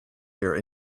here